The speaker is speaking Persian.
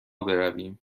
برویم